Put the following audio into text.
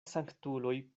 sanktuloj